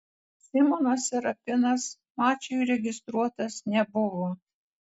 simonas serapinas mačui registruotas nebuvo